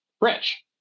rich